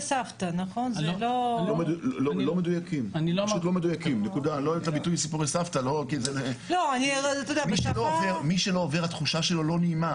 תהליכים -- אני לא רואה שזה עלה בשנים האחרונות,